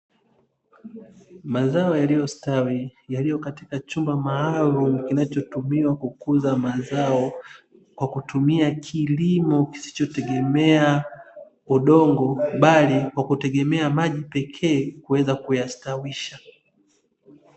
Mazao yaliyostawi yaliyo katika chumba maalum kinachotumiwa kukuza mazao kwa kutumia kilimo kisichotegemea udongo, bali kwa kutegemea maji pekee kuweza kuyastawisha.